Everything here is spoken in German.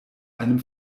einem